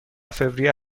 فوریه